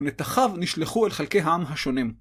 נתחיו נשלחו אל חלקי העם השונים.